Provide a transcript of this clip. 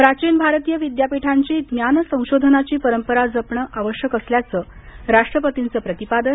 प्राचीन भारतीय विद्यापीठांची ज्ञान संशोधनाची परंपरा जपणं आवश्यक असल्याचं राष्ट्रपतींचं प्रतिपादन